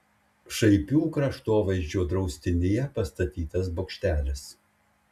šaipių kraštovaizdžio draustinyje pastatytas bokštelis